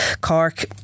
Cork